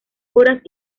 horas